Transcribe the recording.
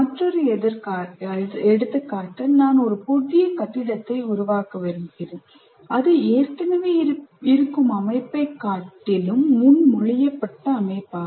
மற்றொரு எடுத்துக்காட்டு நான் ஒரு புதிய கட்டிடத்தை உருவாக்க விரும்புகிறேன் அது ஏற்கனவே இருக்கும் அமைப்பைக் காட்டிலும் முன்மொழியப்பட்ட அமைப்பாகும்